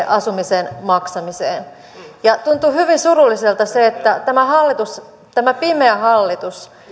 asumisen maksamiseen tuntuu hyvin surulliselta se että tämä hallitus tämä pimeä hallitus